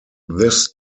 this